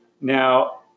Now